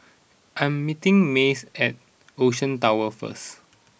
I am meeting Mace at Ocean Towers first